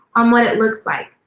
on what it looks like.